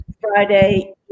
Friday